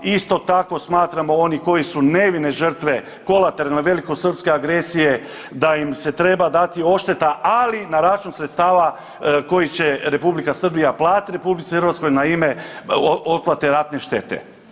Isto tako, smatramo da oni koji su nevine žrtve, kolateralne velikosrpske agresije, da im se treba dati odšteta, ali na račun sredstava koji će R. Srbija platiti RH na ime otplate ratne štete.